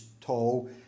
tall